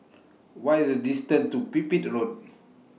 What IS The distance to Pipit Road